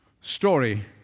story